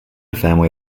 family